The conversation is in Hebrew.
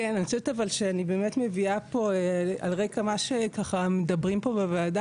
אבל אני חושבת שאני באמת מביאה פה על רקע מה שמדברים פה בוועדה,